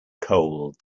cold